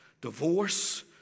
divorce